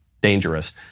dangerous